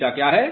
theta क्या है